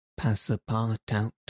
Passapartout